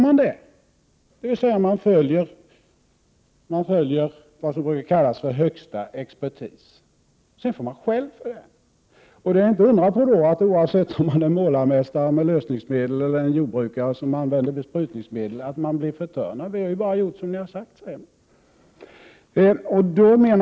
Så använder man produkterna, dvs. man följer vad som brukar kallas högsta expertis. Sedan får man skäll för det. Det är inte att undra på, oavsett om man är målarmästare med lösningsmedel eller jordbrukare som använder besprutningsmedel, att man blir förtörnad. Vi har ju bara gjort som ni har sagt, säger man.